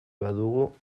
badugu